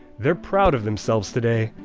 they're proud of themselves today.